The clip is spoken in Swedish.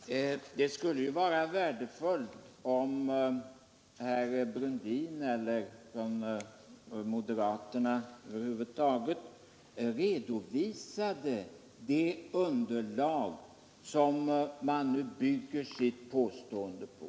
Herr talman! Det skulle vara värdefullt om herr Brundin eller moderaterna över huvud taget redovisade det underlag som man nu bygger sitt påstående på.